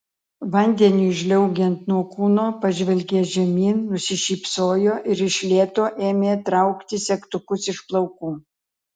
vandeniui žliaugiant nuo kūno pažvelgė žemyn nusišypsojo ir iš lėto ėmė traukti segtukus iš plaukų